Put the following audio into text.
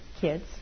kids